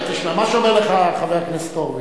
מה שאומר לך חבר הכנסת הורוביץ,